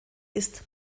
ist